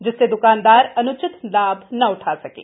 जिससे दुकानदार अनुचित लाभ न उठा सकें